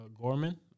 Gorman